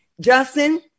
justin